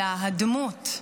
אלא הדמות,